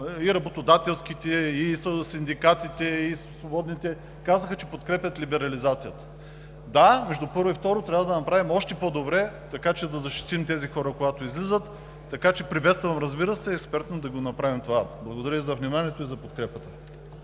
и работодателските, и синдикатите, и свободните, казаха, че подкрепят либерализацията. Да, между първо и второ четене трябва да направим още по-добре, така че да защитим тези хора, когато излизат. Така че приветствам, разбира се, експертно да го направим това. Благодаря за вниманието и за подкрепата.